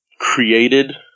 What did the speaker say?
created